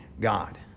God